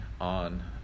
on